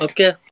Okay